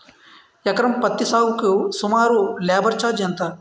ఎకరం పత్తి సాగుకు సుమారు లేబర్ ఛార్జ్ ఎంత?